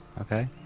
Okay